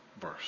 verse